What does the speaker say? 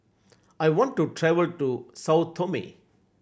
I want to travel to Sao Tome